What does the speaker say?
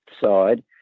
side